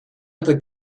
other